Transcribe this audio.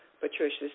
Patricia